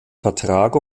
vertrag